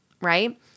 right